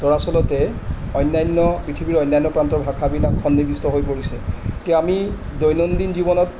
দৰাচলতে অন্যান্য পৃথিৱীৰ অন্যান্য প্ৰান্তৰ ভাষাবিলাক সন্নিৱিষ্ট হৈ পৰিছে এতিয়া আমি দৈনন্দিন জীৱনত